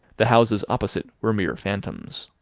the houses opposite were mere phantoms.